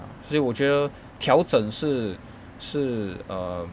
所以我觉得调整是是 um